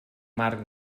marc